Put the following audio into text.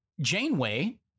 Janeway